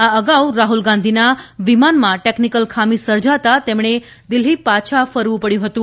આ અગાઉ રાહ્લ ગાંધીના વિમાનમાં ટેકનીકલ ખામી સર્જાતા તેમણે દિલ્ફી પાછા ફરવું પડ્યું હતું